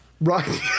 Right